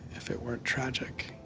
if it weren't tragic.